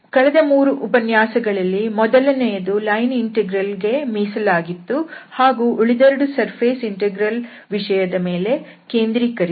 ಕಳೆದ 3 ಉಪನ್ಯಾಸಗಳಲ್ಲಿ ಮೊದಲನೆಯದು ಲೈನ್ ಇಂಟೆಗ್ರಲ್ ಗೆ ಮೀಸಲಾಗಿತ್ತು ಹಾಗೂ ಉಳಿದೆರಡು ಸರ್ಫೇಸ್ ಇಂಟೆಗ್ರಲ್ ವಿಷಯದ ಮೇಲೆ ಕೇಂದ್ರೀಕರಿಸಿತ್ತು